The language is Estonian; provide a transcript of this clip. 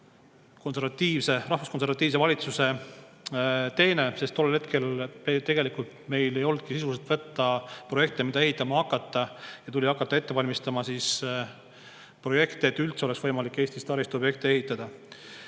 rahvuskonservatiivse valitsuse teene, sest tol hetkel meil ei olnudki sisuliselt võtta projekte, mida ehitama hakata, ja tuli hakata projekte ette valmistama, et üldse oleks võimalik Eestis taristuobjekte ehitada.